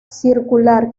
circular